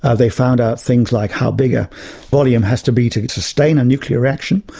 ah they found out things like how big a volume has to be to sustain a nuclear reaction.